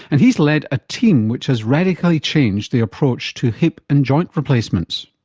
and he has led a team which has radically changed the approach to hip and joint replacements.